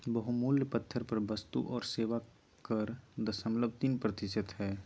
बहुमूल्य पत्थर पर वस्तु और सेवा कर दशमलव तीन प्रतिशत हय